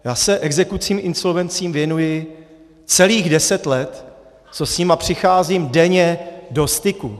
Já se exekucím, insolvencím věnuji celých deset let, co s nimi přicházím denně do styku.